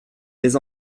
mes